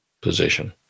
position